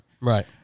Right